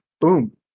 boom